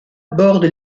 borde